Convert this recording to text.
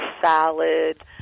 salad